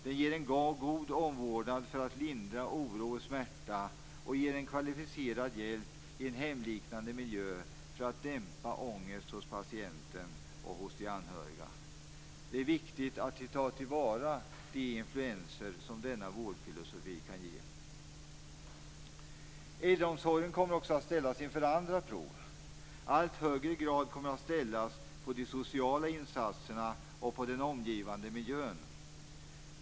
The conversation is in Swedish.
Den ger en god omvårdnad för att lindra oro och smärta, och den ger även en kvalificerad hjälp i en hemliknande miljö för att dämpa ångesten hos patienten och de anhöriga. Det är viktigt att ta till vara de influenser som denna vårdfilosofi kan ge. Äldreomsorgen kommer också att ställas inför andra prov. Allt högre krav kommer att ställas på de sociala insatserna och på den omgivande miljön.